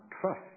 trust